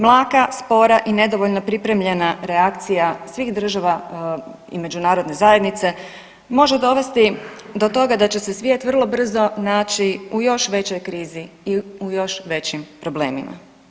Mlaka, spora i nedovoljno pripremljena reakcija svih država i međunarodne zajednice može dovesti do toga da će se svijet vrlo brzo naći u još većoj krizi i u još većim problemima.